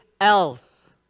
else